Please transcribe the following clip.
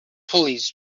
pulleys